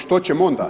Što ćemo onda?